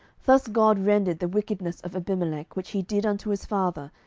thus god rendered the wickedness of abimelech, which he did unto his father,